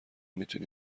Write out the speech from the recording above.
میتونی